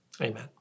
Amen